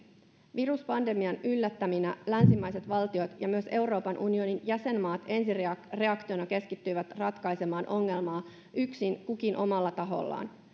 viruspandemian yllättäminä länsimaiset valtiot ja myös euroopan unionin jäsenmaat ensireaktiona keskittyivät ratkaisemaan ongelmaa yksin kukin omalla tahollaan